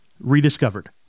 rediscovered